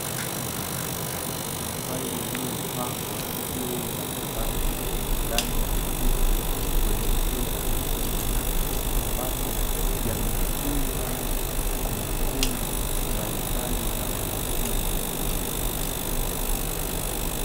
Mafaili yaliyopangwa juu ya kabati ndani ya ofisi kwenye shule ya msingi, ambapo yametunza kumbukumbu mbalimbali za wanafunzi.